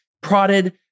prodded